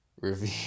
review